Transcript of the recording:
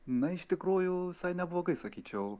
na iš tikrųjų visai neblogai sakyčiau